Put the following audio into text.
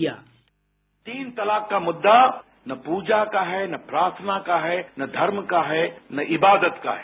sound bite तीन तलाक का मुद्दा न पूजा का है न प्रार्थना का है न धर्म का है न इबादत का है